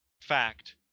fact